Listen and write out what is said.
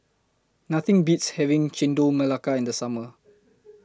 Nothing Beats having Chendol Melaka in The Summer